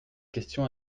question